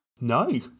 no